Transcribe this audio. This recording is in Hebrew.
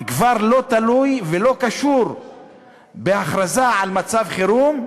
כבר לא תלוי ולא קשור בהכרזה על מצב חירום.